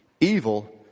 evil